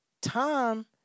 time